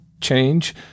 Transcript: change